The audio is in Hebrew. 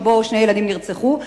שבו שני ילדים נרצחו.